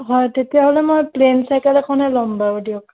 হয় তেতিয়াহ'লে মই প্লেইন চাইকেল এখনে ল'ম বাৰু দিয়ক